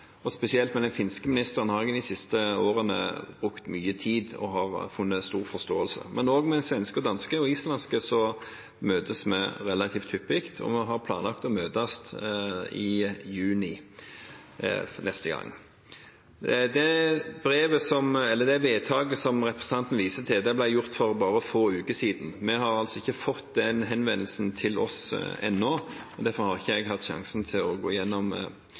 Spesielt den finske ministeren har jeg brukt mye tid med de siste årene og funnet stor forståelse hos, men jeg møter også de svenske, danske og islandske relativt hyppig, og vi har planlagt å møtes i juni neste gang. Det vedtaket som representanten viser til, ble gjort for bare få uker siden. Vi har altså ikke fått den henvendelsen til oss ennå, og derfor har jeg ikke hatt sjansen til å gå